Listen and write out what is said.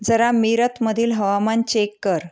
जरा मीरतमधील हवामान चेक कर